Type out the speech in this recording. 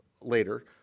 later